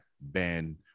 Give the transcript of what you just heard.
Ben